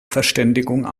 verständigung